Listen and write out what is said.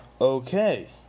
okay